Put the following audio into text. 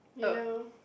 you know